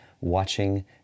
watching